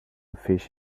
fish